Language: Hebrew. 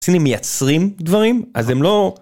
הסינים מייצרים דברים, אז הם לא...